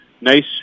nice